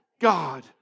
God